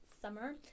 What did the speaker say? summer